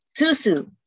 susu